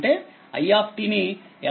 అంటే i ని ఎలా ప్లాట్ చేస్తారు